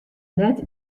net